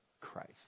christ